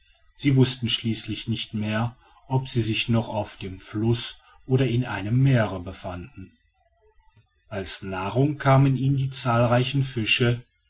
sie wußten schließlich nicht mehr ob sie sich noch auf dem fluß oder in einem meere befanden als nahrung kamen ihnen die zahlreichen fische